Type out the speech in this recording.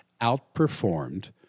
outperformed